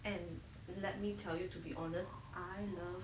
and let me tell you to be honest I love